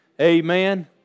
Amen